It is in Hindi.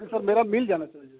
नहीं सर मेरा मिल जाना चाहिए